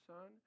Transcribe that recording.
Son